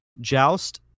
Joust